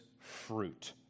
fruit